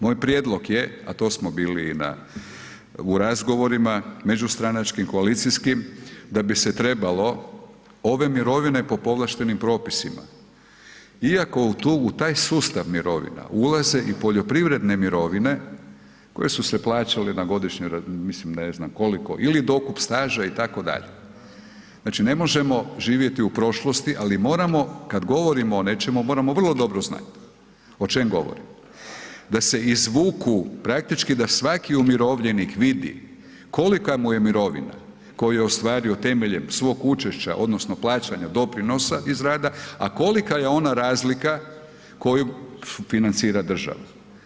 Moj prijedlog je, a to smo u razgovorima međustranačkim koalicijskim da bi se trebalo ove mirovine po povlaštenim propisima iako u taj sustav mirovina ulaze i poljoprivredne mirovine koje su se plaćale na godišnjoj, mislim ne znam koliko ili dokup staža itd., znači ne možemo živjeti u prošlosti, ali moram kada govorimo o nečemu moramo vrlo dobro znati o čemu govorimo da se izvuku, praktički da svaki umirovljenik vidi kolika mu je mirovina koju je ostvario temeljem svog učešća odnosno plaćanja doprinosa iz rada, a kolika je ona razlika koju financira država.